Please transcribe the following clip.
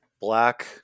black